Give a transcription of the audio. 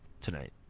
tonight